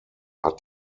hat